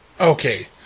Okay